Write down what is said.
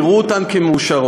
יראו אותן כמאושרות.